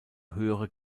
höhere